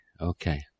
Okay